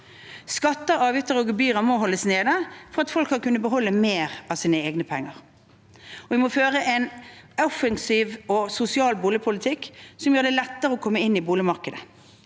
Skatter, avgifter og gebyrer må holdes nede for at folk skal kunne beholde mer av sine egne penger. Vi må føre en offensiv og sosial boligpolitikk som gjør det lettere å komme inn i boligmarkedet.